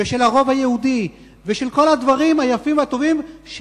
ושל הרוב היהודי ושל כל הדברים היפים והטובים,